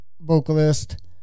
vocalist